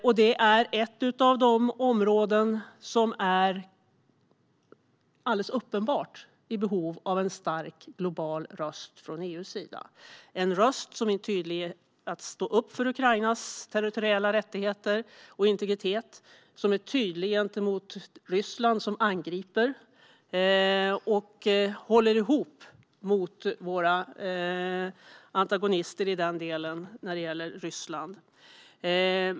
Ukraina är ett av de områden som har uppenbara behov av en stark global röst från EU - en röst som tydligt står upp för Ukrainas territoriella rättigheter och integritet, en röst som är tydlig gentemot Ryssland som angripare och en röst som håller ihop mot våra antagonister när det gäller Ryssland.